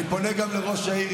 אני פונה גם לראש העיר,